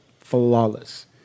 flawless